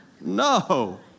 No